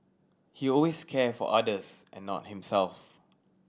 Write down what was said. he always care for others and not himself